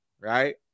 Right